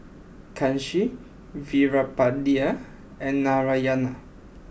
Kanshi Veerapandiya and Narayana